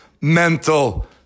mental